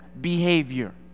behavior